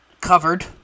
covered